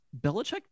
Belichick